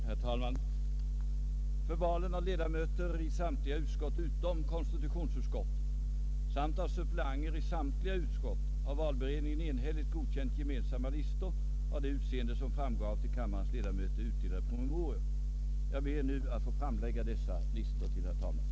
Herr talman! För valen av ledamöter i samtliga utskott utom konstitutionsutskottet samt av suppleanter i samtliga utskott har valberedningen enhälligt godkänt gemensamma listor av det utseende som framgår av till kammarens ledamöter utdelade promemorior. Såsom ordförande i valberedningen ber jag att få överlämna dessa listor till herr talmannen.